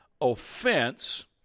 offense